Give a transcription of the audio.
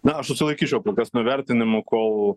na aš susilaikyčiau kol kas nuo vertinimų kol